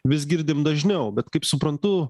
vis girdim dažniau bet kaip suprantu